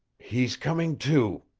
he's coming to,